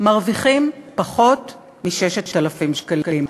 מרוויחים פחות מ-6,000 שקלים.